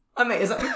Amazing